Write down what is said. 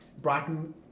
Brighton